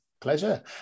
Pleasure